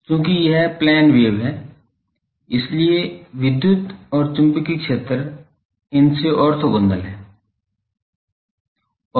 चूंकि यह plane wave हैं इसलिए विद्युत और चुंबकीय क्षेत्र इनसे ऑर्थोगोनल हैं